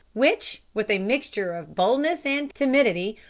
which, with a mixture of boldness and timidity,